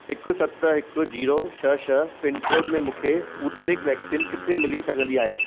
हिकु सत हिकु ज़ीरो छ्ह छ्ह पिनकोडु में मूंखे स्पूतनिक वैक्सीन किथे मिली सघंदी आहे